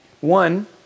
One